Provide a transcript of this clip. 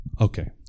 Okay